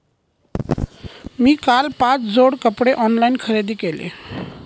मी काल पाच जोड कपडे ऑनलाइन खरेदी केले